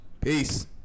peace